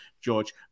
George